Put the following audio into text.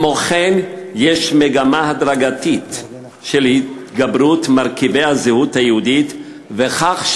כמו כן יש מגמה הדרגתית של התגברות מרכיבי הזהות היהודית: כך,